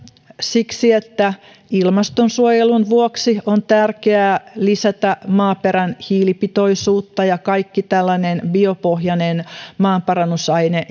siksi että ilmastonsuojelun vuoksi on tärkeää lisätä maaperän hiilipitoisuutta ja kaikki tällainen biopohjainen maanparannusaine